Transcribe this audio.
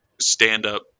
stand-up